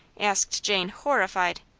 asked jane, horrified.